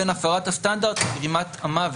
בין הפרת הסטנדרט לגרימת המוות.